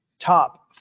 top